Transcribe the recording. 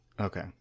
Okay